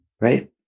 right